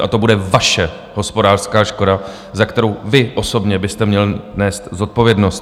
A to bude vaše hospodářská škoda, za kterou vy osobně byste měl nést zodpovědnost.